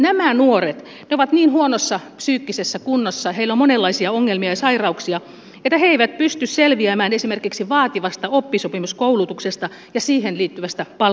nämä nuoret ovat niin huonossa psyykkisessä kunnossa heillä on monenlaisia ongelmia ja sairauksia että he eivät pysty selviämään esimerkiksi vaativasta oppisopimuskoulutuksesta ja siihen liittyvästä palkkatyöstä